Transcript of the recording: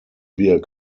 bear